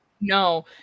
No